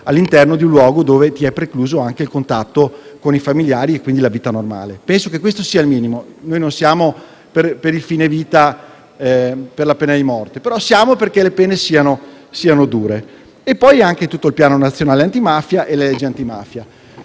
all'interno di un luogo dove è precluso anche il contatto con i familiari, quindi la vita normale. Penso che questo sia il minimo. Noi non siamo per il fine vita, per la pena di morte, però siamo favorevoli a che le pene siano dure, nonché a tutto il piano nazionale antimafia e alle leggi antimafia.